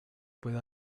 puede